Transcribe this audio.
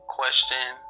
question